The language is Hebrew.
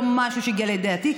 לא משהו שהגיע לידיעתי,